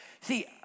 See